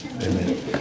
Amen